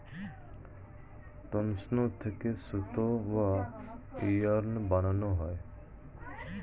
তন্তু থেকে সুতা বা ইয়ার্ন বানানো হয়